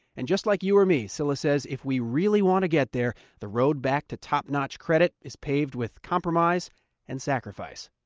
and just like you or me, sylla says if we really want to get there, the road back to top-notch credit is paved with compromise and sacrifice.